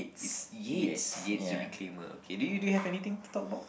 it's Yates Yates the reclaimer okay do you do you have anything to talk about